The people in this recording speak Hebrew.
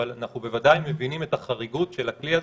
אבל אנחנו בוודאי מבינים את החריגות של הכלי הזה,